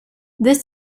this